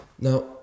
Now